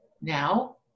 Now